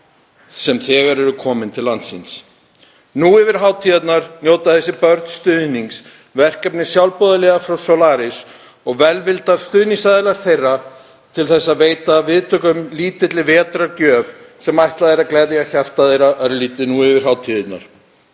sem þegar eru komin til landsins. Nú yfir hátíðirnar njóta þessi börn stuðnings, verkefnis sjálfboðaliða Solaris og velvildar stuðningsaðila þeirra, og veita viðtöku lítilli vetrargjöf sem ætlað er að gleðja hjarta þeirra örlítið yfir hátíðirnar.